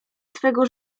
swego